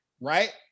right